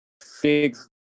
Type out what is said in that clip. six